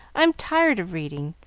i'm tired of reading,